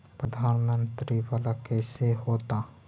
प्रधानमंत्री मंत्री वाला कैसे होता?